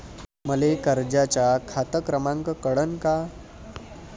मले कर्जाचा खात क्रमांक कळन का?